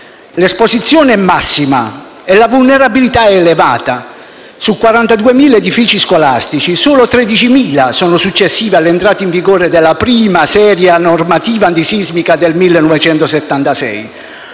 l'esposizione è massima e la vulnerabilità elevata. Su 42.000 edifici scolastici solo 13.000 sono successivi all'entrata in vigore della prima seria normativa antisismica del 1976.